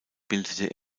bildete